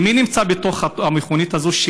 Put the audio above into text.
ומי נמצא בתוך המכונית הזו,